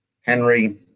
Henry